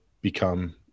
become